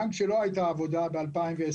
גם כשלא הייתה עבודה ב-2020,